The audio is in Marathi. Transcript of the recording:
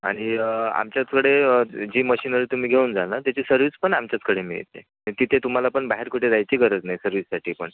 आणि आमच्याचकडे जी मशीनरी तुम्ही घेऊन जाल ना त्याची सर्व्हिस पण आमच्याचकडे मिळते तिथे तुम्हाला पण बाहेर कुठे जायची गरज नाही सर्विससाठी पण